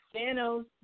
Thanos